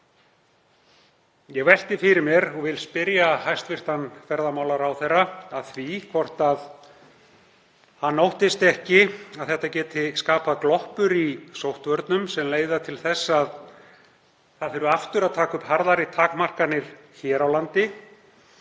Ég velti fyrir mér og vil spyrja hæstv. ferðamálaráðherra að því hvort hann óttist ekki að þetta geti skapað gloppur í sóttvörnum sem leiði til þess að aftur þurfi að taka upp harðari takmarkanir hér á landi